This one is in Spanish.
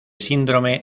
síndrome